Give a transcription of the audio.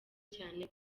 cyane